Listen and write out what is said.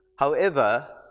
however,